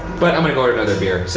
but i'm gonna go order another beer,